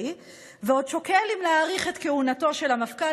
ועוד שוקל אם להאריך את כהונתו של המפכ"ל,